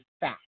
fact